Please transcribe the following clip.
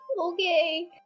Okay